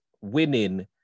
winning